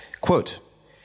Quote